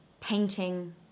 painting